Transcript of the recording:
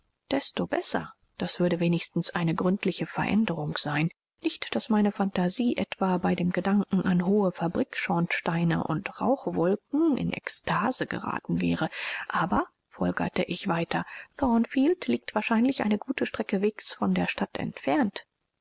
desto besser das würde wenigstens eine gründliche veränderung sein nicht daß meine phantasie etwa bei dem gedanken an hohe fabrikschornsteine und rauchwolken in extase geraten wäre aber folgerte ich weiter thornfield liegt wahrscheinlich eine gute strecke wegs von der stadt entfernt